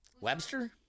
Webster